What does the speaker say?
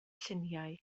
lluniau